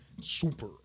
Super